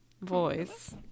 voice